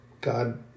God